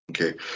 Okay